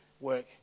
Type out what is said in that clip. work